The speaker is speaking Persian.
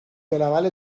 العمل